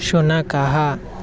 शुनकः